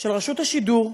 של רשות השידור,